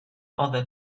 other